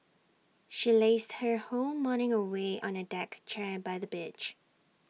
she lazed her whole morning away on A deck chair by the beach